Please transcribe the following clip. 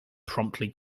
promptly